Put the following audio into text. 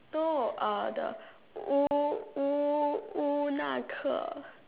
no uh the Wu~ Wu~ Wu-Na-Ke